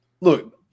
look